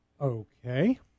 Okay